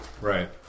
Right